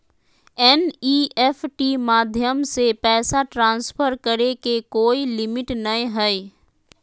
NEFT माध्यम से पैसा ट्रांसफर करे के कोय लिमिट नय हय